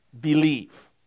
believe